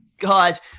Guys